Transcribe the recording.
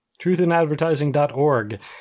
TruthinAdvertising.org